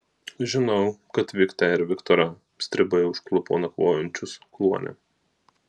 žinau kad viktę ir viktorą stribai užklupo nakvojančius kluone